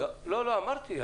אמרתי.